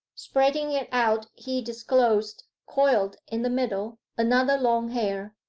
spreading it out he disclosed, coiled in the middle, another long hair.